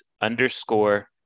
underscore